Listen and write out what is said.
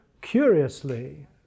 curiously